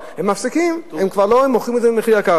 הם מפסיקים ומוכרים את זה במחיר גבוה.